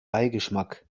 beigeschmack